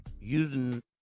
using